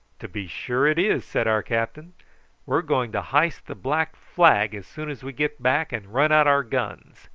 to be sure it is, said our captain we're going to hyste the black flag as soon as we get back, and run out our guns.